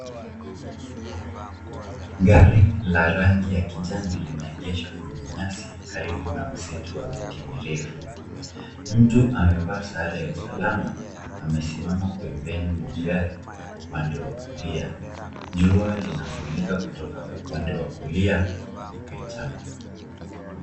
Gari la rangi ya kijani linaegesha kwenye nyasi karibu na msitu wa miti mirefu. Mtu amevaa sare ya usalama amesimama pembeni mwa gari upande wa kulia. Jua linamulika kutoka upande wa kulia wa picha.